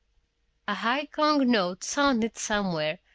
a high gong note sounded somewhere,